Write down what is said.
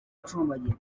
acumbagira